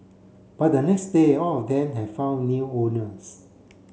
by the next day all of them had found new owners